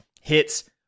hits